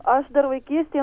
aš dar vaikystėj